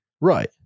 Right